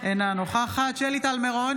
אינה נוכחת שלי טל מירון,